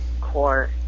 core